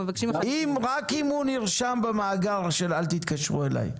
רק אם הוא נרשם במאגר של "אל תתקשרו אליי".